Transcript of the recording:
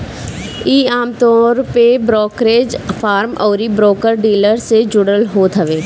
इ आमतौर पे ब्रोकरेज फर्म अउरी ब्रोकर डीलर से जुड़ल होत हवे